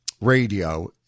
radio